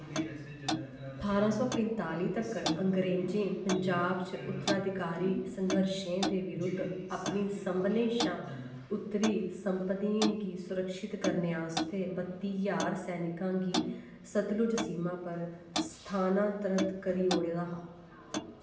ठारां सौ पंजताली तक्कर अंग्रेजें पंजाब च उत्तराधिकारी संघर्शें दे विरुद्ध अपनी सभनें शा उत्तरी संपत्तियें गी सुरक्षत करने आस्तै बत्ती ज्हार सैनिकें गी सतलुज सीमा पर स्थानांतरत करी ओड़ेआ हा